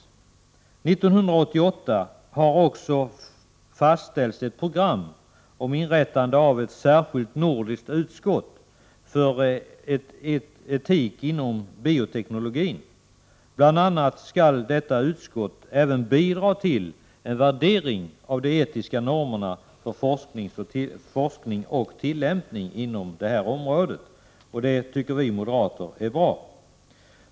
1988 har också fastställts ett program om inrättande av ett särskilt nordiskt utskott för etik inom bioteknologin. Bl.a. skall detta utskott bidra till en värdering avde Prot. 1988/89:41 etiska normerna för forskning och tillämpning inom detta område, och det 8 december 1988 tycker vi moderater är bra.